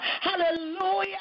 Hallelujah